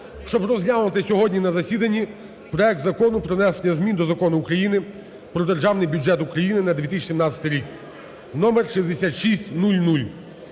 щоб розглянути сьогодні на засіданні проект Закону про внесення змін до Закону України "Про Державний бюджет України на 2017 рік" (номер 6600).